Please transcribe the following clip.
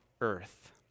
earth